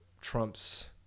Trump's